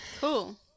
Cool